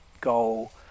goal